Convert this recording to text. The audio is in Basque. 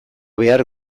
behar